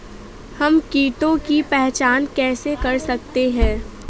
हम कीटों की पहचान कैसे कर सकते हैं?